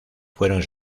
fueron